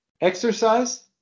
exercise